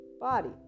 body